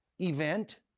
event